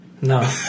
No